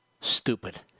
Stupid